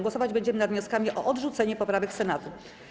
Głosować będziemy nad wnioskami o odrzucenie poprawek Senatu.